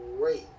great